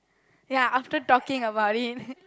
ya after talking about it